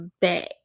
back